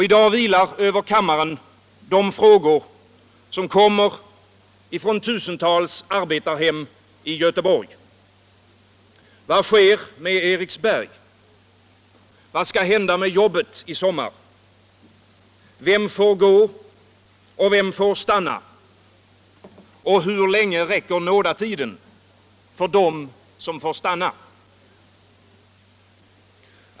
I dag vilar över kammaren de frågor som kommer från tusentals arbetarhem i Göteborg. Vad sker med Eriksberg? Vad skall hända med jobbet i sommar? Vem får gå och vem får stanna? Hur länge räcker nådatiden för dem som får stanna?